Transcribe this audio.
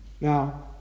Now